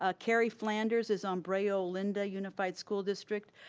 ah carey flanders is on brea olinda unified school district.